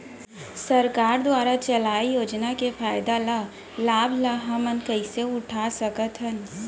सरकार दुवारा चलाये योजना के फायदा ल लाभ ल हमन कइसे उठा सकथन?